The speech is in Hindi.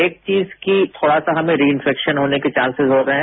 एक चीज की थोड़ा सा हमें रिइंफेक्शन होने के चांसेजहो रहे हैं